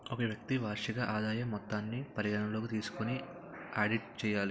ఒక వ్యక్తి వార్షిక ఆదాయం మొత్తాన్ని పరిగణలోకి తీసుకొని ఆడిట్ చేయాలి